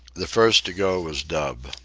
the first to go was dub.